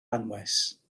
anwes